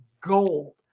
gold